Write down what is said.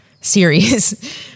series